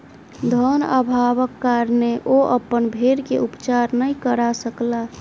धन अभावक कारणेँ ओ अपन भेड़ के उपचार नै करा सकला